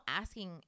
asking